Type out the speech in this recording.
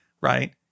right